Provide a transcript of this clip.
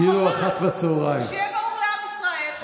כאילו 13:00. שיהיה ברור לעם ישראל,